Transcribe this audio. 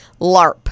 LARP